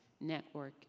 network